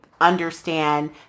understand